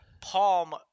Palm